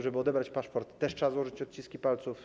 Żeby odebrać paszport, też trzeba złożyć odciski palców.